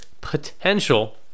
potential